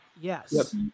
Yes